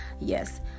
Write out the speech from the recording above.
Yes